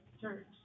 church